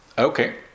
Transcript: Okay